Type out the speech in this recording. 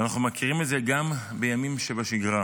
ואנחנו מכירים את זה גם בימים שבשגרה: